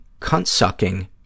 cunt-sucking